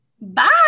Bye